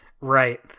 Right